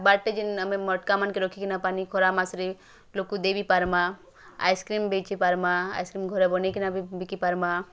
ବାଟେ ଯେନ୍ ଆମେ ମଟକା ମାନକେ ରଖିକିନା ପାନି ଖରାମାସରେ ଲୋକକୁ ଦେଇ ବି ପାରମା ଆଇସିକ୍ରିମ୍ ବେଚିପାରମା ଆଇସକ୍ରିମ୍ ଘରେ ବନେଇ କିନା ବି ବିକିପାରମା